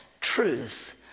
truth